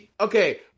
Okay